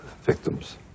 victims